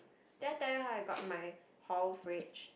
did I tell you how I got my hall fridge